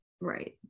Right